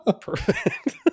Perfect